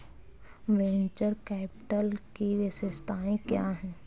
Venture capital की विशेषताएं क्या हैं?